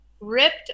ripped